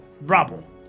rubble